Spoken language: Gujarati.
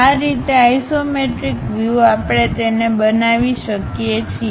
આ રીતે ઇસોમેટ્રિક વ્યૂ આપણે તેને બનાવી શકીએ છીએ